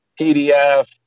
PDF